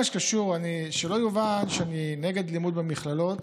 שלא יובן שאני נגד לימוד במכללות.